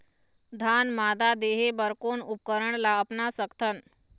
धान मादा देहे बर कोन उपकरण ला अपना सकथन?